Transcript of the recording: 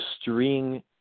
string